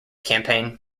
campaign